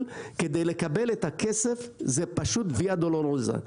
- כדי לקבל את הכסף זה פשוט Via Dolorosa.